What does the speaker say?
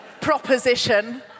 proposition